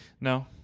No